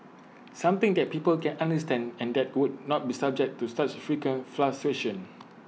something that people can understand and that would not be subject to such frequent fluctuations